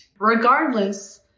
Regardless